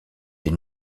des